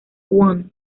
one